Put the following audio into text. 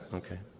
okay.